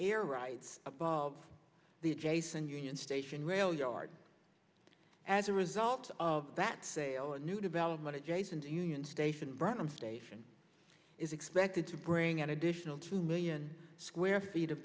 air rights above the adjacent union station rail yard as a result of that sale a new development adjacent to union station burnham station is expected to bring an additional two million square feet of